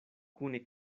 kune